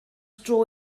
dro